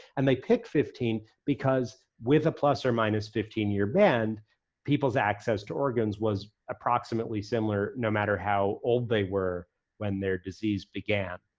and they picked fifteen because with a plus or minus fifteen year band people's access to organs was approximately similar no matter how old they were when their disease began.